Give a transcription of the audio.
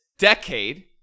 Decade